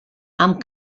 amb